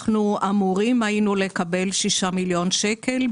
אנחנו היינו אמורים לקבל 6 מיליון שקלים.